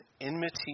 enmity